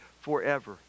forever